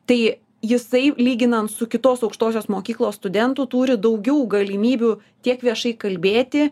tai jisai lyginant su kitos aukštosios mokyklos studentų turi daugiau galimybių tiek viešai kalbėti